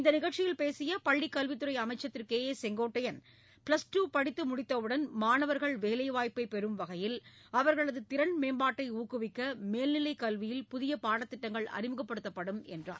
இந்த நிகழ்ச்சியில் பேசிய பள்ளிக் கல்வித்துறை அமைச்சர் Thiru K A Sengottaiyan plus two படித்து முடித்தவுடன் மாணவர்கள் வேலைவாய்ப்பை பெறும் வகையில் அவர்களது திறன் மேம்பாட்டை ஊக்குவிக்க மேல்நிலைக் கல்வியில் புதிய பாடத்திட்டங்கள் அறிமுகப்படுத்தப்படும் என்றார்